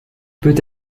peut